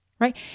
right